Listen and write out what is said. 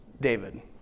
David